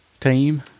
team